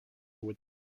with